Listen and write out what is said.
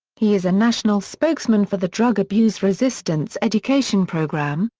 he is a national spokesman for the drug abuse resistance education program,